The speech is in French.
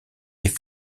est